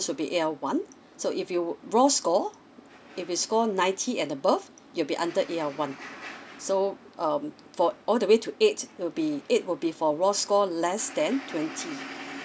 will be L one so if you raw score if you score ninety and above you will be under L one so um for all the way to eight will be eight will be for raw score less than twenty five